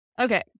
Okay